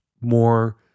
more